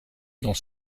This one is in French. dans